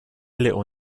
little